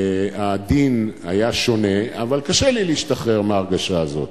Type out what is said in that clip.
הדין היה שונה, אבל קשה לי להשתחרר מההרגשה הזאת.